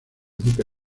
nunca